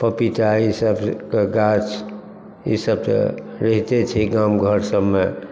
पपीता ईसबके गाछ ईसब तऽ रहितै छै गाम घर सबमे